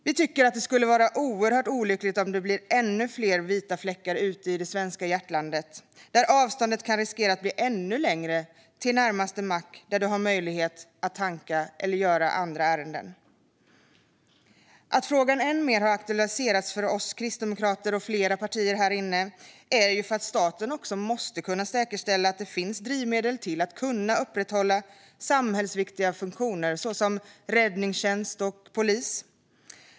Vi tycker att det skulle vara oerhört olyckligt om det blir ännu fler vita fläckar ute i det svenska hjärtlandet. Avståndet riskerar att bli ännu längre till närmaste mack där människor har möjlighet att tanka eller göra andra ärenden. En anledning till att frågan än mer har aktualiserats för oss kristdemokrater och flera andra partier här inne är att staten måste kunna säkerställa att det finns drivmedel för att upprätthålla samhällsviktiga funktioner såsom räddningstjänst och polis.